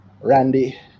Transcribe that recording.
randy